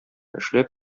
эшләп